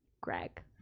Greg